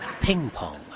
Ping-pong